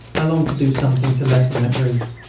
i longed to do something to lessen that grief,